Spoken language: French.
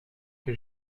que